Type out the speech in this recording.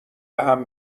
بهم